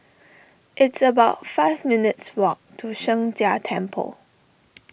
it's about five minutes' walk to Sheng Jia Temple